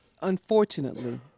unfortunately